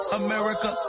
america